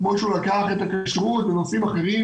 כמו שהוא לקח את הכשרות ונושאים אחרים.